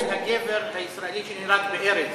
מה שמו של הגבר הישראלי שנהרג בארז?